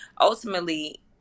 ultimately